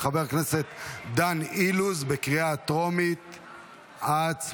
לוועדת הפנים והגנת